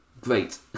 Great